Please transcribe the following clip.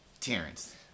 Terrence